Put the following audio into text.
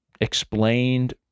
explained